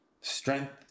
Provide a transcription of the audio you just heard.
strength